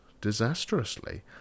disastrously